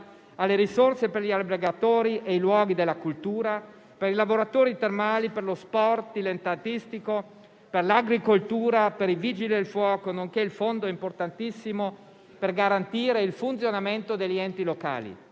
alle risorse per gli albergatori e i luoghi della cultura, per i lavoratori termali, per lo sport dilettantistico, per l'agricoltura, per i Vigili del fuoco, nonché il fondo importantissimo per garantire il funzionamento degli enti locali.